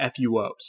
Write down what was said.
FUOs